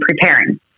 preparing